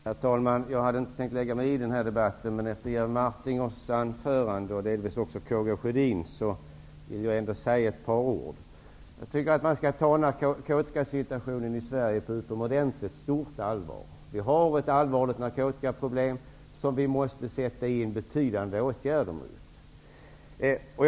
Herr talman! Jag hade egentligen inte tänkt gå upp i den här debatten, men efter Jerry Martingers anförande och delvis också efter Karl Gustaf Sjödins anförande vill jag säga några ord. Man skall ta narkotikasituationen i Sverige på utomordentligt stort allvar. Vi har ett allvarligt narkotikaproblem, som vi måste sätta in betydande åtgärder mot.